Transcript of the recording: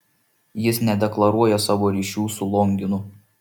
jis nedeklaruoja savo ryšių su longinu